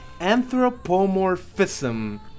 Anthropomorphism